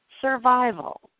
survival